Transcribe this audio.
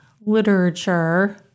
literature